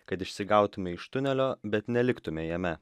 kad išsigautumei iš tunelio bet neliktumei jame